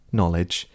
knowledge